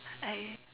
I